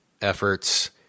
efforts